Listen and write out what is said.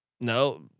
no